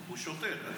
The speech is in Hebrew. הוא שוטר.